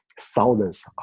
thousands